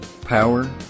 Power